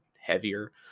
heavier